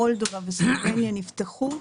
מולדובה וסלובניה נפתחו,